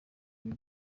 bibi